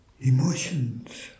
emotions